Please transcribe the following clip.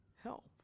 help